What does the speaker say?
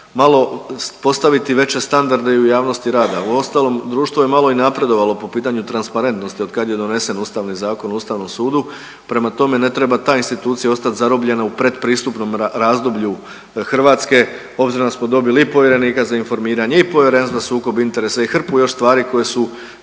malo postaviti veće standarde i u javnosti rada. Uostalom, društvo je malo i napredovalo po pitanju transparentnosti od kad je donesen Ustavni zakon o Ustavnom sudu, prema tome ne treba ta institucija ostati zarobljena u pretpristupnom razdoblju Hrvatske obzirom da smo dobili i povjerenika za informiranje i Povjerenstva za odlučivanje o sukobu interesa i hrpu još stvari koje su